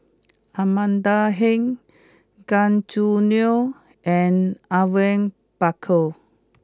Amanda Heng Gan Choo Neo and Awang Bakar